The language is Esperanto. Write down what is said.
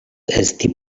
esti